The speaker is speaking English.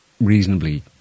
reasonably